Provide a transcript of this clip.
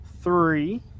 three